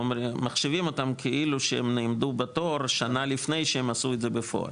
מחשיבים אותם כאילו שהם נעמדו בתור שנה לפני שהם עשו את זה בפועל,